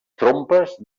trompes